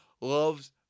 loves